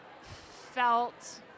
felt